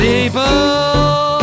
People